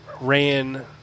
ran